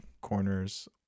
corners